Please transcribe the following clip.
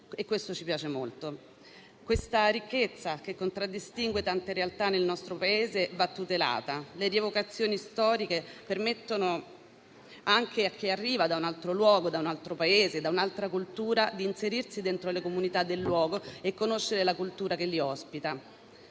e questo ci piace molto. Questa ricchezza che contraddistingue tante realtà nel nostro Paese va tutelata. Le rievocazioni storiche permettono anche a chi arriva da un altro luogo, da un altro Paese, da un'altra cultura di inserirsi dentro le comunità del luogo e conoscere la cultura che li ospita.